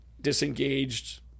disengaged